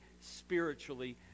spiritually